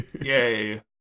yay